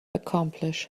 accomplish